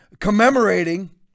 commemorating